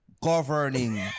Governing